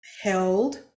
held